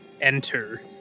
enter